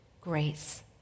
grace